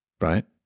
right